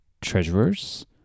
treasurers